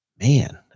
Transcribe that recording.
man